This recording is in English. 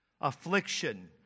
affliction